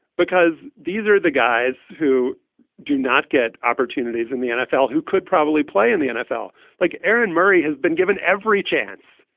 because these are the guys who do not get opportunities in the nfl who could probably play in the nfl like aaron murray has been given every chance,